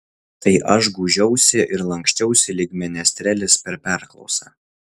tai aš gūžiausi ir lanksčiausi lyg menestrelis per perklausą